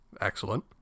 Excellent